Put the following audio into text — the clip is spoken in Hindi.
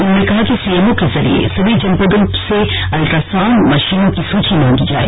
उन्होंने कहा कि सीएमओ के जरिये सभी जनपदों से अल्ट्रासाउण्ड मशीनों की सूची मांगी जाय